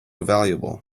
valuable